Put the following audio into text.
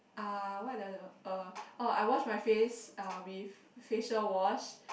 ah what do I do ah uh oh I wash my face uh with facial wash